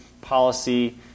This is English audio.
policy